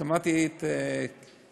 שמעתי את הלפני-אחרונה,